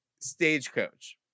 Stagecoach